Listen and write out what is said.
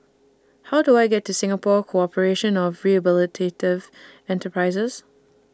How Do I get to Singapore Corporation of Rehabilitative Enterprises